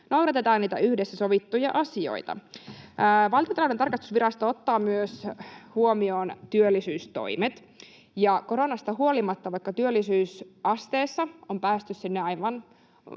noudatetaan niitä yhdessä sovittuja asioita. Valtiontalouden tarkastusvirasto ottaa myös huomioon työllisyystoimet. Koronasta huolimatta, vaikka työllisyysasteessa on päästy aivan